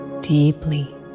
deeply